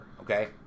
Okay